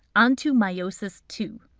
on to meiosis two!